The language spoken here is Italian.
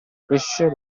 pesce